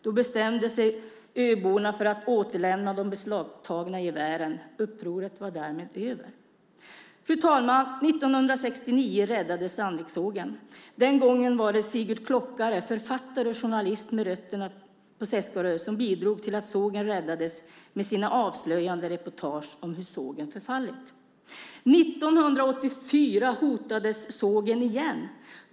Då bestämde sig öborna för att återlämna de beslagtagna gevären. Upproret var därmed över. Fru talman! År 1969 räddades Sandvikssågen. Den gången var det Sigurd Klockare, författare och journalist med rötterna på Seskarö, som bidrog till att sågen räddades med sina avslöjande reportage om hur sågen förfallit. År 1984 hotades sågen igen.